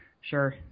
Sure